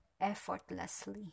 effortlessly